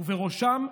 ובראשן,